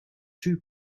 two